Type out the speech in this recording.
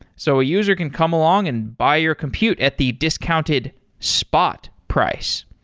so a user can come along and buy your compute at the discounted spot price,